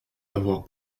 d’avoir